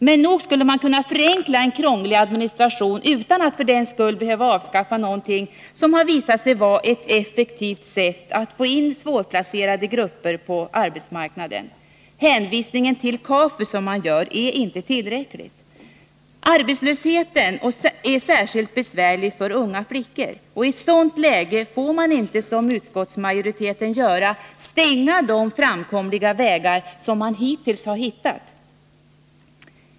Men nog skulle man kunna förenkla en krånglig administration utan att för den skull behöva avskaffa något som har visat sig vara ett effektivt sätt att få in svårplacerade grupper på arbetsmarknaden? Den hänvisning till KAFU som görs är inte tillräcklig. Arbetslösheten är särskilt besvärlig för unga flickor. I ett sådant läge får man inte, som utskottsmajoriteten gör, stänga de få framkomliga vägar man hittills har hittat.